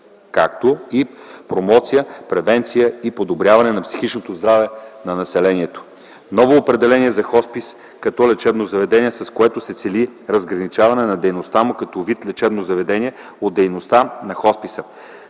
както и промоция, превенция и подобряване психичното здраве на населението. - Ново определение за хоспис като лечебно заведение, с което се цели разграничаване на дейността му като вид лечебно заведение от дейността на хосписа,